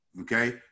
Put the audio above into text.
okay